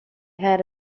had